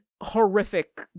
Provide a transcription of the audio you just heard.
horrific